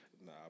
Nah